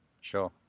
Sure